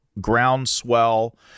groundswell